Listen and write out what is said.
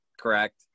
correct